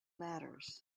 matters